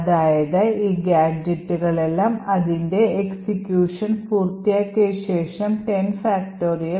അതായത് ഈ ഗാഡ്ജെറ്റുകളെല്ലാം അതിന്റെ എക്സിക്യൂഷൻ പൂർത്തിയാക്കിയ ശേഷം നമുക്ക് 10